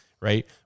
Right